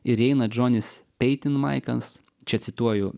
ir įeina džonis peitinmaikas čia cituoju